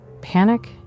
panic